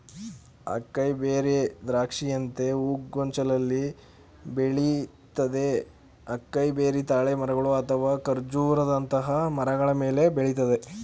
acai berry ದ್ರಾಕ್ಷಿಯಂತೆ ಹೂಗೊಂಚಲಲ್ಲಿ ಬೆಳಿತದೆ ಅಕೈಬೆರಿ ತಾಳೆ ಮರಗಳು ಅಥವಾ ಖರ್ಜೂರಗಳಂತಹ ಮರಗಳ ಮೇಲೆ ಬೆಳಿತದೆ